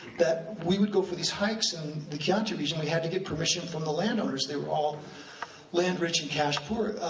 that we would go for these hikes in um the chianti region, we had to get permission from the landowners, they were all land rich and cash poor.